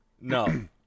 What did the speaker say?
No